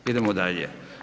Idemo dalje.